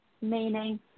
meaning